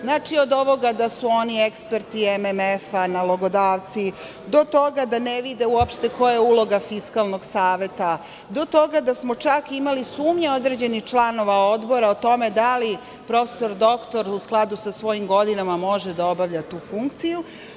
Znači, od ovoga da su oni eksperti MMF-a, nalogodavci, do toga da ne vide koja je uloga Fiskalnog saveta, do toga da smo čak imali sumnje određenih članova Odbora o tome da li prof. dr u skladu sa svojim godinama može da obavlja svoju funkciju.